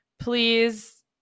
please